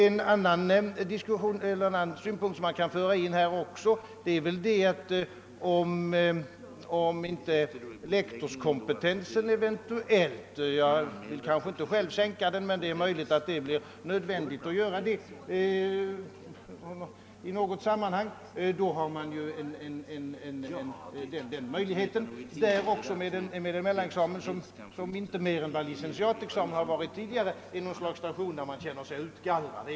En annan synpunkt som man kan föra in i detta sammanhang är, att om det eventuellt blir nödvändigt att sänka lektorskompetensen — jag vill själv inte göra det — har man där även möjligheten med en mellanexamen som inte i större utsträckning än licentiatexamen varit tidigare är något slags station där man känner sig utgallrad.